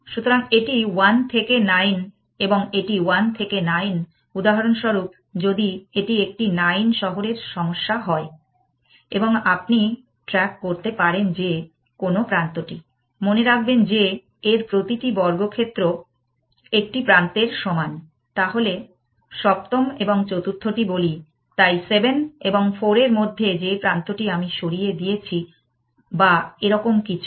সুতরাং এটি 1 থেকে 9 এবং এটি 1 থেকে 9 উদাহরণস্বরূপ যদি এটি একটি 9 শহরের সমস্যা হয় এবং আপনি ট্র্যাক করতে পারেন যে কোন প্রান্তটিমনে রাখবেন যে এর প্রতিটি বর্গক্ষেত্র একটি প্রান্তের সমান তাহলে সপ্তম এবং চতুর্থটি বলি তাই 7 এবং 4 এর মধ্যে যে প্রান্তটি আমি সরিয়ে দিয়েছি বা এরকম কিছু